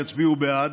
יצביעו בעד.